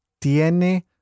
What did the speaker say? tiene